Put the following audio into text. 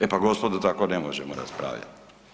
E pa gospodo, tako ne možemo raspravljati.